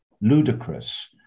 ludicrous